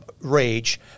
rage